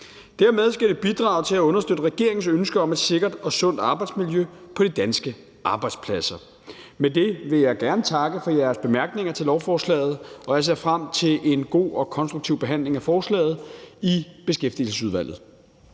Det skal dermed bidrage til at understøtte regeringens ønske om et sikkert og sundt arbejdsmiljø på de danske arbejdspladser. Med det vil jeg gerne takke for jeres bemærkninger til lovforslaget, og jeg ser frem til en god og konstruktiv behandling af forslaget i Beskæftigelsesudvalget.